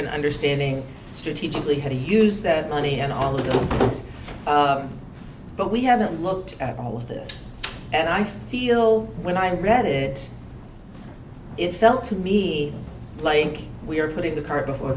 and understanding strategically how to use that money and all that but we haven't looked at all of this and i feel when i read it it felt to me like we're putting the cart before